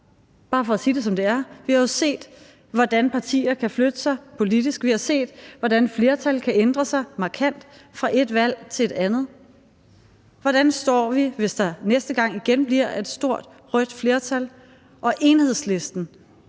Vi har jo set, hvordan partier kan flytte sig politisk; vi har set, hvordan flertal kan ændre sig markant fra ét valg til et andet. Hvordan står vi, hvis der næste gang igen bliver et stort rødt flertal og Enhedslisten